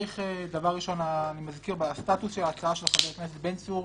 אני מזכיר את הסטטוס של ההצעה של חבר הכנסת בן צור.